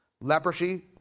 Leprosy